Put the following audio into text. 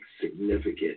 significant